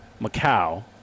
Macau